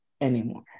anymore